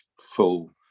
full